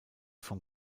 vom